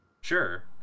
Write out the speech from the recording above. sure